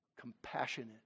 compassionate